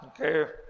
Okay